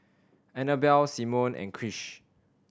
Annabell Simone and Krish